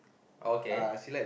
okay